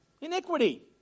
iniquity